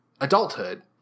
adulthood